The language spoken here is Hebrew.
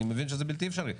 אני מבין שזה בלתי אפשרי,